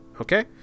okay